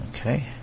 Okay